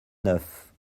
neuf